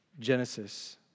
Genesis